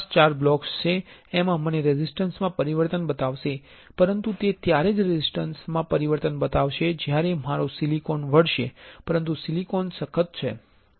આ મને રેઝિસ્ટન્સ માં પરિવર્તન બતાવશે પરંતુ તે ત્યારે જ રેઝિસ્ટન્સ મા પરિવર્તન બતાવશે જ્યારે મારો સિલિકોન વળશે પરંતુ સિલિકોન સખત છે